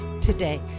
today